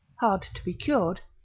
hard to be cured,